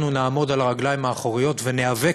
אנחנו נעמוד על הרגליים האחוריות וניאבק